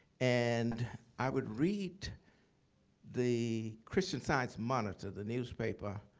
and i would read the christian science monitor, the newspaper